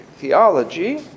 theology